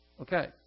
Okay